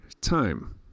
time